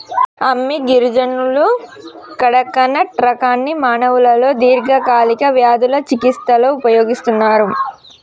అమ్మి గిరిజనులు కడకనట్ రకాన్ని మానవులలో దీర్ఘకాలిక వ్యాధుల చికిస్తలో ఉపయోగిస్తన్నరు